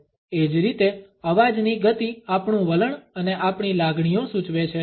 એ જ રીતે અવાજની ગતિ આપણું વલણ અને આપણી લાગણીઓ સૂચવે છે